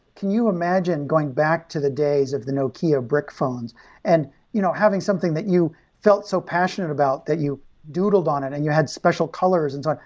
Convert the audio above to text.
can you imagine going back to the days of the nokia brick phones and you know having something that you felt so passionate about that you doodled on it and you had special colors and so on?